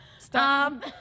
Stop